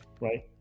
right